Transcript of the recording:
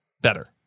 better